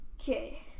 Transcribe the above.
Okay